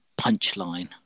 punchline